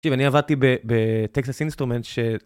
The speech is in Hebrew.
תקשיב, אני עבדתי בטקסס אינסטרומנט, ש...